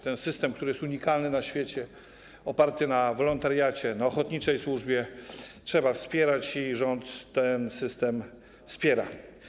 Ten system, który jest unikalny na świecie, oparty na wolontariacie, na ochotniczej służbie, trzeba wspierać i rząd ten system wspiera.